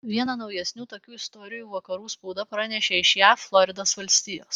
vieną naujesnių tokių istorijų vakarų spauda pranešė iš jav floridos valstijos